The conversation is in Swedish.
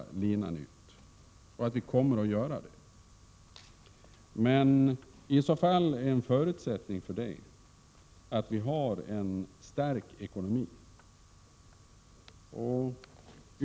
1987/88: 122 linan ut och att vi kommer att göra det. Men en förutsättning för det är att vi 18 maj 1988 har en stark ekonomi.